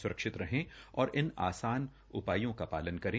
स्रक्षित रहें और इन आसान उपायों का पालन करें